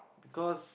because